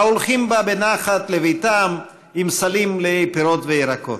ההולכים בה בנחת לביתם עם סלים מלאי פירות וירקות.